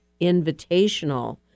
Invitational